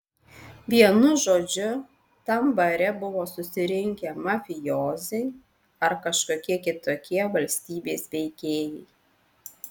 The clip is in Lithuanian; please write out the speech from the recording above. vienu žodžiu tam bare buvo susirinkę mafijoziai ar kažkokie kitokie valstybės veikėjai